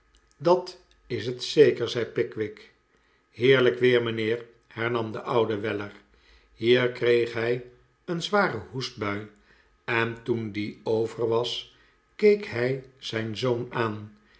dat is het zeker zei pickwick heerlijk weer mijnheer hernam de oude weller hier kreeg hij een zware hoestbui en toen die over was keek hij zijn zoon aan